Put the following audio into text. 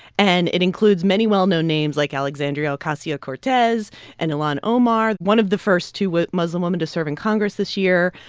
and it includes many well-known names like alexandria ocasio-cortez and ilhan omar, one of the first two muslim woman to serve in congress this year,